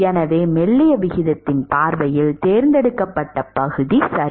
எனவே மெல்லிய விகிதத்தின் பார்வையில் தேர்ந்தெடுக்கப்பட்ட பகுதி சரி